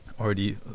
already